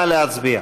נא להצביע.